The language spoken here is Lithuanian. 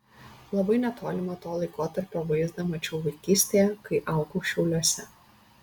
labai netolimą to laikotarpio vaizdą mačiau vaikystėje kai augau šiauliuose